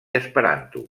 esperanto